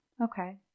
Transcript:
Okay